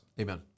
Amen